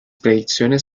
predicciones